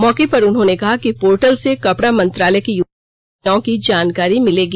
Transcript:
मौके पर उन्होंने कहा कि पोर्टल से कपड़ा मंत्रालय की योजनाओं की जानकारी मिलेगी